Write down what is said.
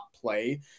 play